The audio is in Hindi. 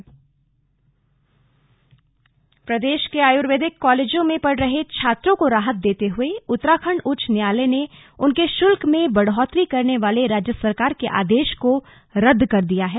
राहत प्रदेश के आयुर्वेदिक कॉलेजों में पढ़ रहे छात्रों को राहत देते हुए उत्तराखंड उच्च न्यायालय ने उनके शुल्क में बढोतरी करने वाले राज्य सरकार के आदेश को रद्द कर दिया है